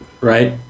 right